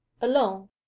alone